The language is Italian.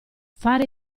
fare